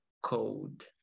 code